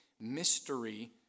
mystery